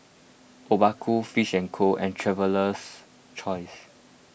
Obaku Fish and Co and Traveler's Choice